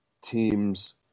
teams